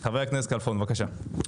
חבר הכנסת כלפון, בבקשה.